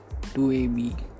2ab